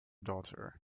daughter